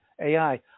AI